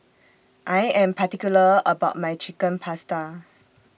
I Am particular about My Chicken Pasta